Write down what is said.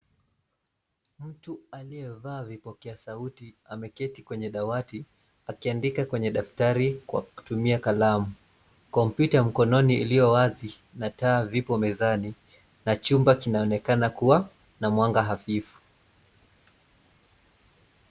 Mtu aliyevaa vipokea sauti ameketi kwenye dawati, akiandika kwenye daftari kwa kutumia kalamu. Kompyuta ya mkononi iliyo wazi na taa vipo mezani na chumba kinaonekana kuwa na mwanga hafifu.